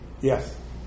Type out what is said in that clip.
Yes